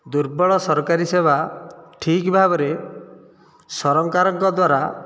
ଦୁର୍ବଳ ସରକାରୀ ସେବା ଠିକ ଭାବରେ ସରକାରଙ୍କ ଦ୍ୱାରା